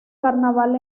carnaval